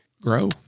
grow